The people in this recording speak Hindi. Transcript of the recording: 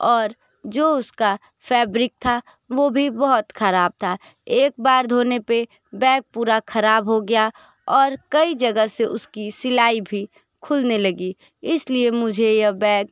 और जो उसका फ़ैब्रिक था वह भी बहुत ख़राब था एक बार धोने पर बैग पूरा ख़राब हो गया और कई जगह से उसकी सिलाई भी खुलने लगी इसलिए मुझे यह बैग